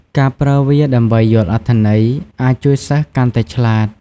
ការប្រើវាដើម្បីយល់អត្ថន័យអាចជួយសិស្សកាន់តែឆ្លាត។